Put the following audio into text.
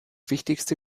wichtigste